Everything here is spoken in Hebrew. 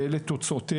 ואלה הן תוצאותיה.